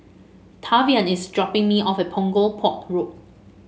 Tavian is dropping me off at Punggol Port Road